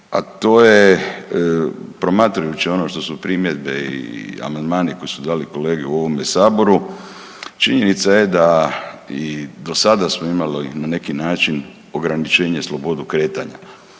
a to je promatrajući ono što su primjedbe i amandmani koji su dali kolege u ovome saboru, činjenica je da i do sada smo imali na neki način ograničenje slobodu kretanja.